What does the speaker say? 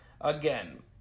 Again